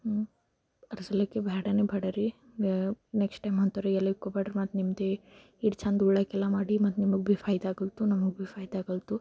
ಹ್ಞೂಂ ಅದ್ರ ಸಲಿಕ್ಕೆ ಬೇಡ ನಿಮ್ಮ ಪಡರಿ ನೆಕ್ಸ್ಟ್ ಟೈಮ್ ಅಂಥೋರಿಗೆಲ್ಲ ಇಕ್ಕೊಬ್ಯಾಡ್ರಿ ಮತ್ತೆ ನಿಮ್ಮದೇ ಇಷ್ಟು ಚೆಂದ ಉಣ್ಣೋಕ್ಕೆಲ್ಲ ಮಾಡಿ ಮತ್ತೆ ನಿಮಗೆ ಭೀ ಫಾಯಿದೆ ಆಗಲ್ತು ನಮಗೆ ಭೀ ಫಾಯಿದೆ ಆಗಲ್ತು